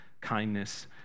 kindness